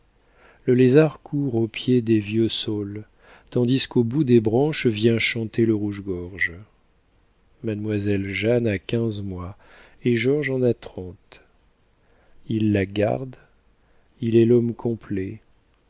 le lézard court au pied des vieux saules tandis qu'au bout des branches vient chanter le rougegorge mademoiselle jeanne a quinze mois et george en a trente il la garde il est l'homme complet